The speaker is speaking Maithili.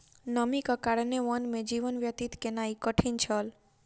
नमीक कारणेँ वन में जीवन व्यतीत केनाई कठिन छल